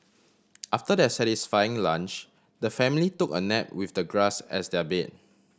after their satisfying lunch the family took a nap with the grass as their bed